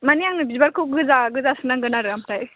मानि आंनो बिबारखौ गोजा गोजासो नांगोन आरो ओमफ्राय